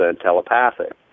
telepathic